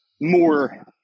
more